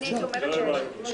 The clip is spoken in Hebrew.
לא הבנתי.